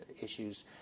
issues